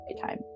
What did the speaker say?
time